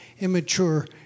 immature